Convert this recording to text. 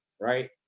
Right